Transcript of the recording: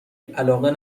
علاقه